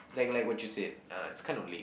like like what you said ah it's kind of lame